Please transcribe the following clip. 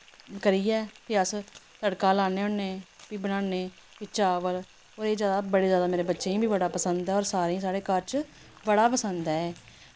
करियै फ्ही अस तड़का लान्ने होन्ने फ्ही बनान्ने फ्ही चावल होर एह् ज्यादा बड़े ज्यादा मेरे बच्चें गी बी पसंद ऐ होर सारें साढ़े घर च बड़ा पसंद ऐ एह्